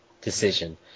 decision